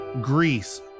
greece